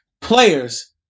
players